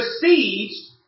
besieged